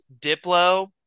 Diplo